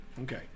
Okay